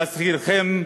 להזכירכם,